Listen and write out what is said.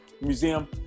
Museum